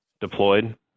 deployed